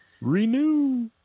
Renew